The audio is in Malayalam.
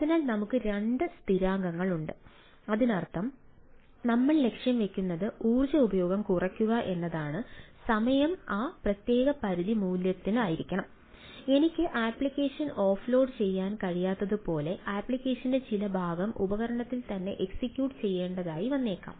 അതിനാൽ ഇത് ത്രെഷോൾഡ്ചെയ്യാൻ കഴിയാത്തതുപോലെ ആപ്ലിക്കേഷന്റെ ചില ഭാഗം ഉപകരണത്തിൽ തന്നെ എക്സിക്യൂട്ട് ചെയ്യേണ്ടതായി വന്നേക്കാം